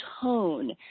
tone